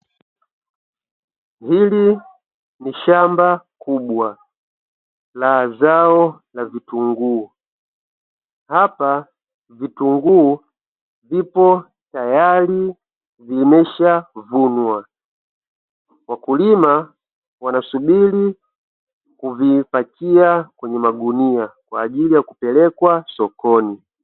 Hili ni shamba kubwa la zao la vitunguu, hapa vitunguu vipo tayari vimeshavunwa, wakulima wanasubiri kuvipakia kwenye magunia kwa ajili ya kupelekwa sokoni.